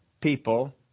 people